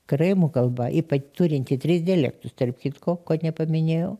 karaimų kalba ypač turinti tris dialektus tarp kitko ko nepaminėjau